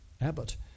Abbott